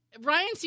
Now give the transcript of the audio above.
Ryan